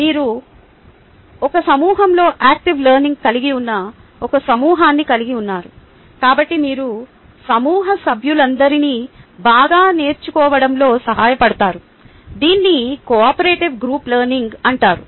మీరు ఒక సమూహంలో యాక్టివ్ లెర్నింగ్ కలిగి ఉన్న ఒక సమూహాన్ని కలిగి ఉన్నారు కాబట్టి మీరు సమూహ సభ్యులందరినీ బాగా నేర్చుకోవడంలో సహాయపడతారు దీన్నే కోఆపరేటివ్ గ్రూప్ లెర్నింగ్ అంటారు